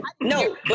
No